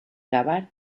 cavar